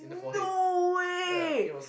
no way